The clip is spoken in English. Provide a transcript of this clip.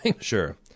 Sure